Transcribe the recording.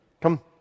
Come